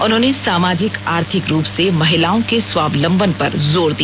उन्होंने सामाजिक आर्थिक रूप से महिलाओं के स्वावलंबन पर जोर दिया